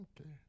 Okay